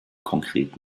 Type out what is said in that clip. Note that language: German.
konkret